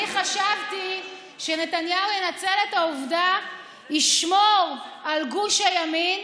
אני חשבתי שנתניהו ינצל את העובדה כדי לשמור על גוש הימין